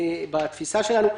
בתפיסה שלנו,